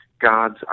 God's